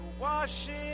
washing